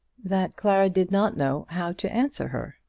that clara did not know how to answer her.